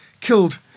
killed